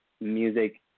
music